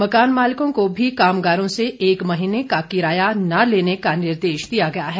मकान मालिकों को भी कामगारों से एक महीने का किराया न लेने का निर्देश दिया गया है